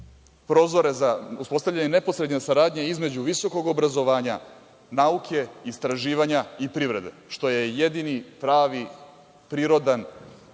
prozore za uspostavljanje neposredne saradnje između visokog obrazovanja, nauke, istraživanja i privrede, što je jedini pravi, prirodan,